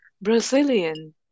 Brazilian